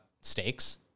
stakes